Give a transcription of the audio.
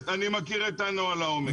אני מכיר את הנוהל לעומק.